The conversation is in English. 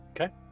Okay